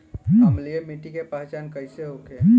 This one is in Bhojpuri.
अम्लीय मिट्टी के पहचान कइसे होखे?